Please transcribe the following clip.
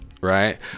right